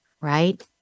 right